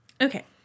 Okay